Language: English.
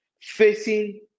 facing